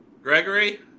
Gregory